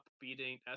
beating